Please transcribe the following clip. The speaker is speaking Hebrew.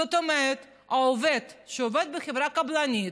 זאת אומרת, העובד שעובד בחברה קבלנית,